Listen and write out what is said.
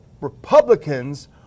Republicans